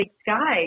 sky